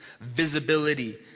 visibility